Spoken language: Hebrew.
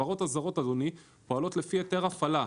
החברות הזרות פועלות לפי היתר הפעלה.